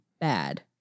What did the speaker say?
bad